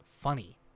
funny